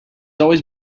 always